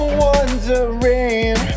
wondering